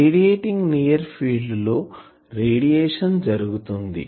radiating near field లో radiation జరుగుతుంది